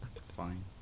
Fine